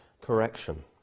correction